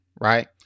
right